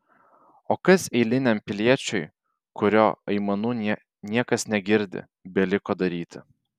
o kas eiliniam piliečiui kurio aimanų niekas negirdi beliko daryti